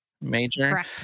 major